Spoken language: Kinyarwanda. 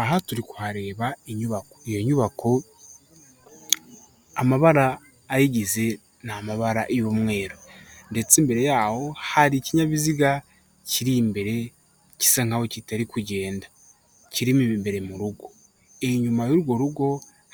Aha turi kuhareba inyubako, iyo nyubako amabara ayigize ni amabara y'umweru, ndetse imbere yaho hari ikinyabiziga kiri imbere gisa nkaho kitari kugenda, kiri imbere mu rugo, inyuma y'urwo rugo